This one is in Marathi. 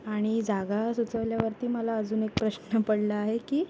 आणि जागा सुचवल्यावरती मला अजून एक प्रश्न पडला आहे की